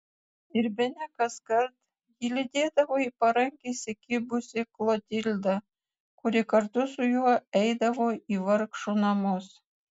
ir bene kaskart jį lydėdavo į parankę įsikibusi klotilda kuri kartu su juo eidavo į vargšų namus